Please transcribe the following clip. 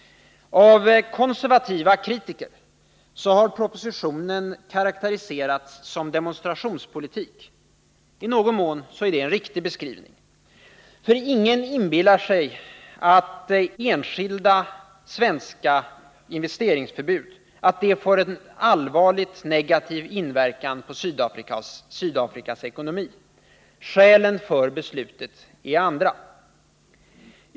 Av konservativa kritiker har propositionen karakteriserats som demonstrationspolitik. I någon mån är detta en riktig beskrivning. Ingen inbillar sig att enskilda svenska investeringförbud får en allvarlig negativ inverkan på Sydafrikas ekonomi. Skälen för beslutet är andra.